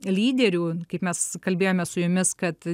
lyderių kaip mes kalbėjome su jumis kad